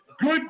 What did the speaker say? Good